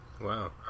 Wow